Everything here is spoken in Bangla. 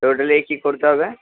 তো ওটার লিগে কী করতে হবে